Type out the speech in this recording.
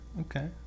Okay